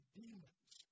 demons